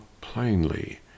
plainly